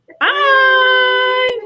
Bye